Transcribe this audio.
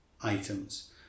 items